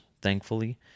thankfully